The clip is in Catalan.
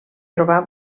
trobar